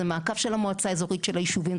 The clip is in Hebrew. זה מעקב של המועצה האזורית של היישובים,